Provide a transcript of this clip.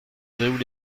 gréoux